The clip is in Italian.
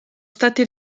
stati